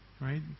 right